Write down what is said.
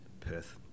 Perth